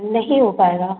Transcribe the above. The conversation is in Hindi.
नहीं हो पाएगा